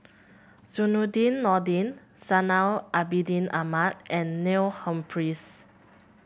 Zainudin Nordin Zainal Abidin Ahmad and Neil Humphreys